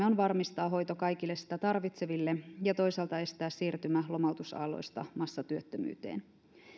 on varmistaa hoito kaikille sitä tarvitseville ja toisaalta estää siirtymä lomautusaalloista massatyöttömyyteen